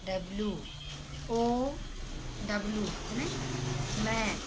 W O W है ना मैं